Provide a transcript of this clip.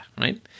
right